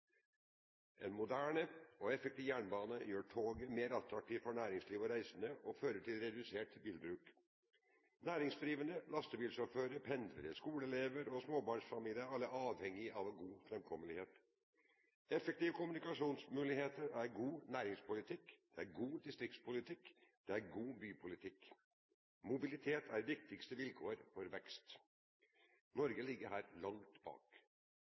En moderne og effektiv jernbane gjør toget mer attraktivt for næringslivet og reisende, og fører til redusert bilbruk. Næringsdrivende lastebilsjåfører, pendlere, skoleelever og småbarnsfamilier er alle avhengige av god framkommelighet. Effektive kommunikasjonsmuligheter er god næringspolitikk, god distriktspolitikk og god bypolitikk. Mobilitet er det viktigste vilkåret for vekst. Norge ligger her langt bak.